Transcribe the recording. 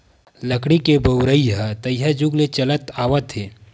लकड़ी के बउरइ ह तइहा जुग ले चलत आवत हे